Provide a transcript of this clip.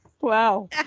Wow